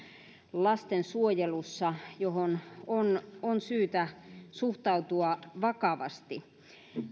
lastensuojelussa joihin on syytä suhtautua vakavasti